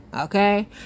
okay